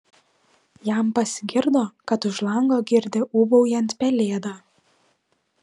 jam pasigirdo kad už lango girdi ūbaujant pelėdą